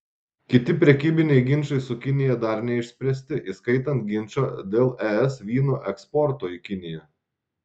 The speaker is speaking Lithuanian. kiti prekybiniai ginčai su kinija dar neišspręsti įskaitant ginčą dėl es vyno eksporto į kiniją